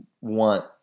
want